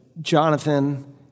Jonathan